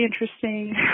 interesting